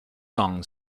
song